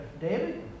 David